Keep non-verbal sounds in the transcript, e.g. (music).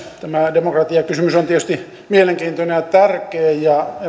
(unintelligible) tämä demokratiakysymys on tietysti mielenkiintoinen ja tärkeä ja